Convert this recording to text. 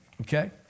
Okay